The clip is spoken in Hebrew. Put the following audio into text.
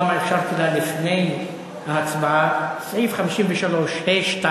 אפשרתי לה לפני ההצבעה: סעיף 53(ה)(2)